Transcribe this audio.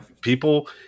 people